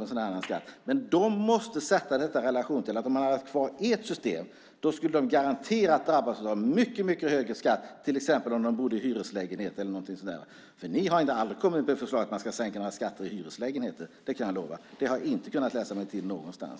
en sådan här skatt. Men det måste sättas i relation till att man garanterat skulle ha drabbats av en mycket högre skatt om vi haft kvar ert system, till exempel om man bodde i hyreslägenhet eller så. Ni har ju aldrig kommit med några förslag om att sänka några skatter för hyreslägenheter. Det kan jag lova. Det har jag inte kunnat läsa mig till någonstans.